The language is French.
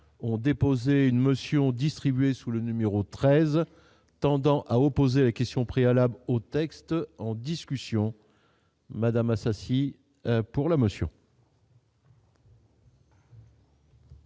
ont déposé une motion distribuée sous le numéro 13 tendant à opposer la question préalable au texte en discussion Madame Assassi pour la motion.